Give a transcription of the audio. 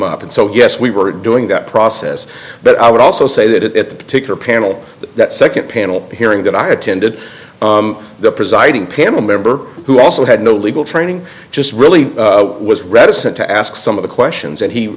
up and so yes we were doing that process but i would also say that at the particular panel that second panel hearing that i attended the presiding pm a member who also had no legal training just really was reticent to ask some of the questions and